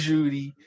Judy